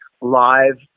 live